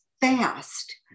fast